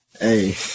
hey